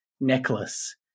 necklace